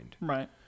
Right